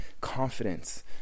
confidence